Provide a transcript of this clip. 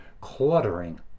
cluttering